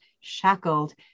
shackled